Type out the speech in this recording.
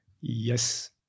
Yes